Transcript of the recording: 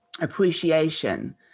appreciation